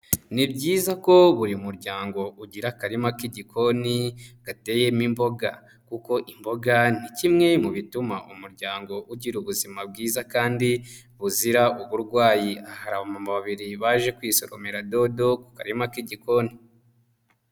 Ni byiza ko buri muryango ugira akarima k'igikoni gateyemo imboga; kuko imboga ni kimwe mu bituma umuryango ugira ubuzima bwiza kandi buzira uburwayi. hari abamama babiri baje kwisoromera dodo kukarima k'igikoni.